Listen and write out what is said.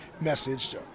message